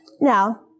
Now